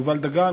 יובל דגן,